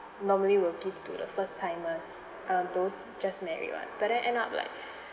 normally will give to the first timers uh those just married [one] but then end up like